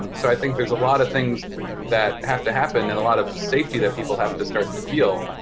and so i think there's a lot of things that have to happen and a lot of safety that people have to start to feel.